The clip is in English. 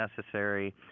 necessary